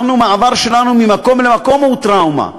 אנחנו, מעבר שלנו ממקום למקום הוא טראומה,